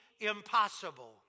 impossible